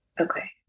Okay